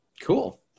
cool